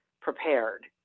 prepared